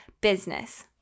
business